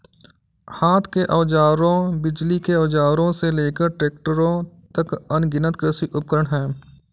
हाथ के औजारों, बिजली के औजारों से लेकर ट्रैक्टरों तक, अनगिनत कृषि उपकरण हैं